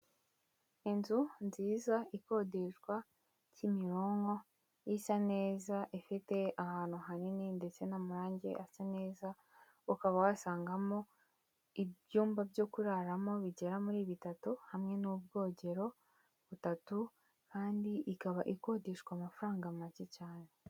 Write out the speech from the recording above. Inzu nziza ikodeshwa Kimironko isa neza, ifite ahantu hanini ndetse n'amarange asa neza, ukaba wasangamo ibyumba byo kuraramo bigera muri bitatu, hamwe n'ubwogero butatu kandi ikaba ikodeshwa amafaranga make cyane.